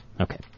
Okay